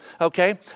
okay